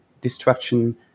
destruction